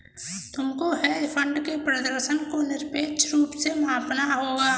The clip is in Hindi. तुमको हेज फंड के प्रदर्शन को निरपेक्ष रूप से मापना होगा